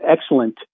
excellent